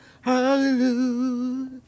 Hallelujah